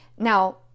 Now